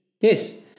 Yes